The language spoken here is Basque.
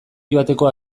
joateko